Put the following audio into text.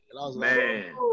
Man